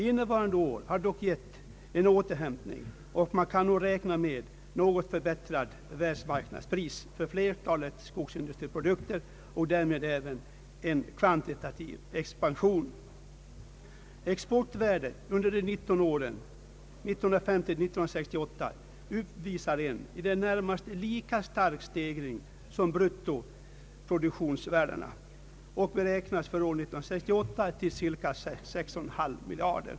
Innevarande år har dock givit en återhämtning, och man kan nog räkna med något förbättrat världsmarknadspris för flertalet skogsindustriprodukter och därmed även en kvantitativ expansion. Exportvärdet under de 19 åren 1950 —L1968 uppvisar en i det närmaste lika stark stegring som bruttoproduktionsvärdena och beräknas för år 1968 till cirka 6,5 miljarder.